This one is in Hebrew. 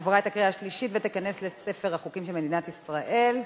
וייכנס לספר החוקים של מדינת ישראל.